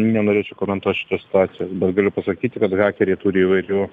nenorėčiau komentuot šitos situacijos bet galiu pasakyti kad hakeriai turi įvairių